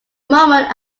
moment